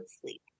sleep